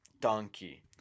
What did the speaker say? Donkey